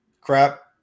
crap